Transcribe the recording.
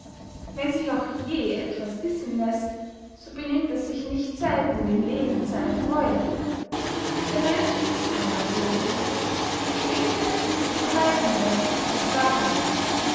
wenn sich auch je etwas wissen läßt so benimmt es nicht selten dem leben seine freude der mensch ist einmal so schminke ist ihm reizender als wahrheit